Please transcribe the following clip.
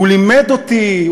הוא לימד אותי,